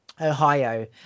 Ohio